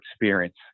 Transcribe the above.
experience